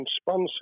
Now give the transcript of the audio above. sponsor